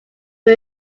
but